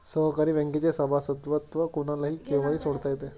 सहकारी बँकेचे सभासदत्व कोणालाही केव्हाही सोडता येते